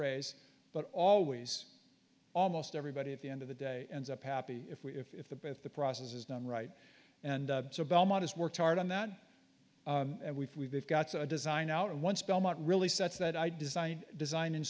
raise but always almost everybody at the end of the day ends up happy if we if the both the process is done right and so belmont has worked hard on that and we've we've got a design out once belmont really sets that i design design in